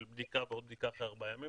של בדיקה ועוד בדיקה אחרי ארבעה ימים.